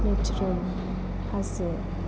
नेचारेल हाजो